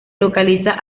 localiza